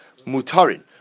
mutarin